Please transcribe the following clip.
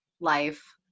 life